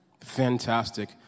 Fantastic